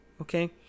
Okay